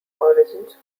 origins